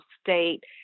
state